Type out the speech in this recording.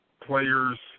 players